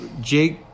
Jake